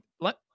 let